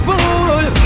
Bull